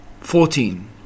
Fourteen